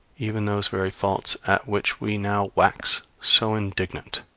even those very faults at which we now wax so indignant,